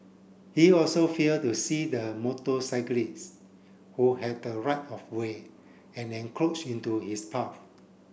he also failed to see the motorcyclist who had the right of way and encroached into his path